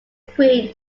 queen